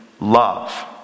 love